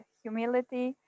humility